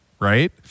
right